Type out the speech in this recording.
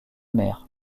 mer